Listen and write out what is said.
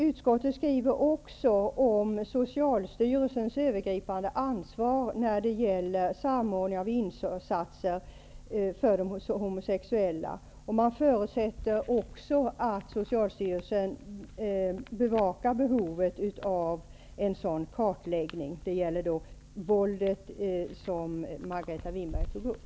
Utskottet skriver också om Socialstyrelsens övergripande ansvar för samordning av insatser för de homosexuella. Utskottet förutsätter också att Socialstyrelsen bevakar behovet av kartläggning av det slags våld som Margareta Winberg tog upp.